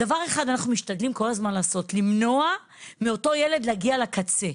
דבר אחד אנחנו משתדלים כל הזמן לעשות: למנוע מאותו ילד להגיע לקצה.